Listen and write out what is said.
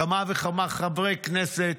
כמה וכמה חברי כנסת,